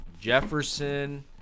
Jefferson